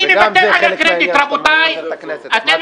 אני מוותר על הקרדיט, רבותיי.